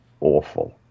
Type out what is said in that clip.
awful